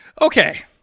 Okay